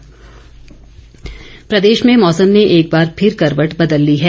मौसम प्रदेश में मौसम ने एक बार फिर करवट बदल ली है